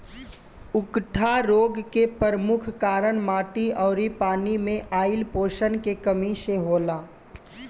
उकठा रोग के परमुख कारन माटी अउरी पानी मे आइल पोषण के कमी से होला